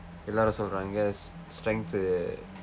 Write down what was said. எல்லாரும் சொல்றாங்க:ellaarum solraangka strength